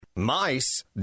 Mice